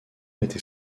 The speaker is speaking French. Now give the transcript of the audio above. était